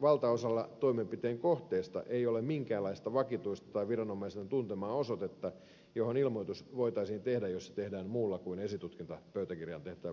valtaosalla toimenpiteiden kohteista ei ole minkäänlaista vakituista tai viranomaisen tuntemaa osoitetta johon ilmoitus voitaisiin tehdä jos se tehdään muulla kuin esitutkintapöytäkirjaan tehtävällä merkinnällä